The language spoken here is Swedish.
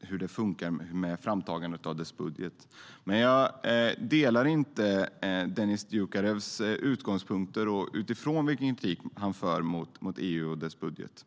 hur det funkar med framtagandet av dess budget. Jag delar dock inte Dennis Dioukarevs utgångspunkter i den kritik han framför mot EU och dess budget.